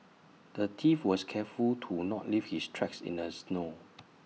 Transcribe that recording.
the thief was careful to not leave his tracks in the snow